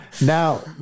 Now